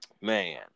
Man